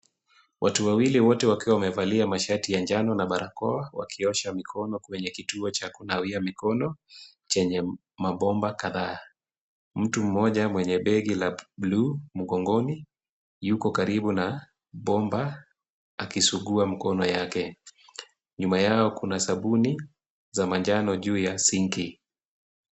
Watu wawili wote wakiwa wamevalia mashati ya njano na barakoa wakiosha mikono kwenye kituo cha kunawia mikono chenye mabomba kadhaa. Mtu mmoja mwenye begi la bluu mgongoni yuko karibu na bomba akisugua mkono yake. Nyuma yao kuna sabuni za manjano juu ya sinki .